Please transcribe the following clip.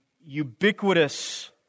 ubiquitous